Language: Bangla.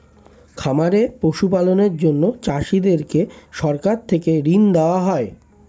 খামারে পশু পালনের জন্য চাষীদেরকে সরকার থেকে ঋণ দেওয়া হয়